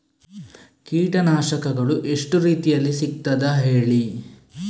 ಕೀಟನಾಶಕಗಳು ಎಷ್ಟು ರೀತಿಯಲ್ಲಿ ಸಿಗ್ತದ ಹೇಳಿ